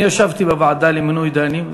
אני ישבתי בוועדה למינוי דיינים,